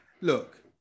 Look